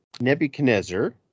Nebuchadnezzar